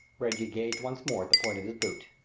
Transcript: reggie gazed once more at the point of his boot.